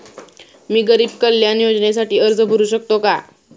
मी गरीब कल्याण योजनेसाठी अर्ज भरू शकतो का?